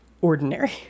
ordinary